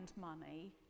money